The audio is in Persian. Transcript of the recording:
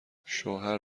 شوهر